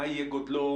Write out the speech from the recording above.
מה יהיה גודלו,